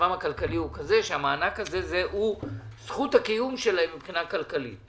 שמצבם הכלכלי הוא כזה שהמענק הזה הוא זכות הקיום שלהם מבחינה כלכלית.